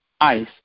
Ice